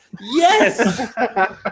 Yes